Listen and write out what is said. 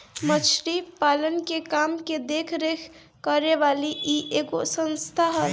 मछरी पालन के काम के देख रेख करे वाली इ एगो संस्था हवे